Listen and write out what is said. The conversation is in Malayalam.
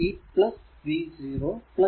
ഈ v 0